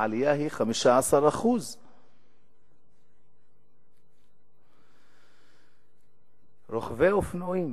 העלייה היא 15%. רוכבי אופנועים,